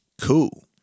Cool